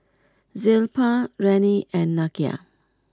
Zilpah Rennie and Nakia